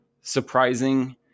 surprising